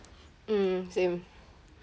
um same